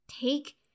take